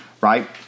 right